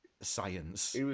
science